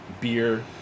beer